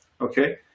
Okay